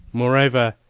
moreover,